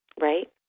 right